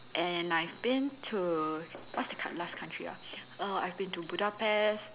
and I've been to what's the last what's the last country ah err I've been to Budapest